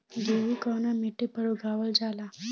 गेहूं कवना मिट्टी पर उगावल जाला?